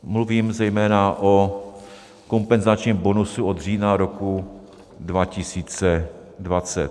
Mluvím zejména o kompenzačním bonusu od října roku 2020.